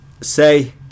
say